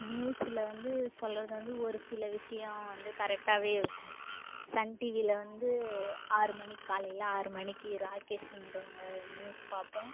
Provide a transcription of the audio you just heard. நியூஸில் வந்து சொல்றது வந்து ஒரு சில விஷயம் வந்து கரெக்டாகவே இருக்கும் சன் டிவியில் வந்து ஆறு மணிக்கு காலையில் ஆறு மணிக்கு ராகேஷ்ன்றவங்க நியூஸ் பார்ப்போம்